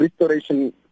restoration